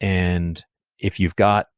and if you've got